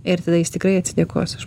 ir tada jis tikrai atsidėkos aš